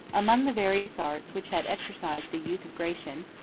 among the various arts which had exercised the youth of gratian,